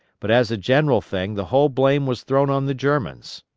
but as a general thing the whole blame was thrown on the germans.